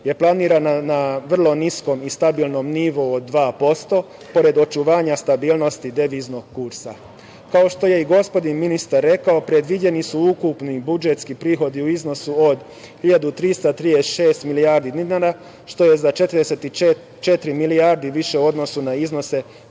je planirana na vrlo niskom i stabilnom nivou od 2%, pored očuvanja stabilnosti deviznog kursa. Kao što je i gospodin ministar rekao, predviđeni su ukupni budžetski prihodi u iznosu od 1.336 milijardi dinara, što je za 44 milijardi više u odnosu na iznose